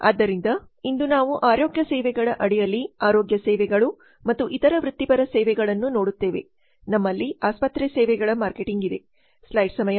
ಆದ್ದರಿಂದ ಇಂದು ನಾವು ಆರೋಗ್ಯ ಸೇವೆಗಳ ಅಡಿಯಲ್ಲಿ ಆರೋಗ್ಯ ಸೇವೆಗಳು ಮತ್ತು ಇತರ ವೃತ್ತಿಪರ ಸೇವೆಗಳನ್ನು ನೋಡುತ್ತೇವೆ ನಮ್ಮಲ್ಲಿ ಆಸ್ಪತ್ರೆ ಸೇವೆಗಳ ಮಾರ್ಕೆಟಿಂಗ್ ಇದೆ